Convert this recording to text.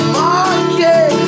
market